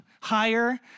higher